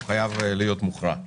הוא חייב להיות מוכרע.